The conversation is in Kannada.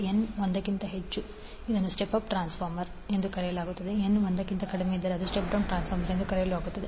n 1 ಅನ್ನು ಇದನ್ನು ಸ್ಟೆಪ್ ಅಪ್ ಟ್ರಾನ್ಸ್ಫಾರ್ಮರ್ ಎಂದು ಕರೆಯಲಾಗುತ್ತದೆ ಮತ್ತು n 1 ಅನ್ನು ಇದನ್ನು ಸ್ಟೆಪ್ ಡೌನ್ ಟ್ರಾನ್ಸ್ಫಾರ್ಮರ್ ಎಂದು ಕರೆಯಲಾಗುತ್ತದೆ